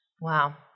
Wow